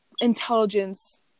intelligence